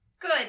Good